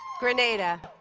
grenada